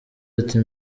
ati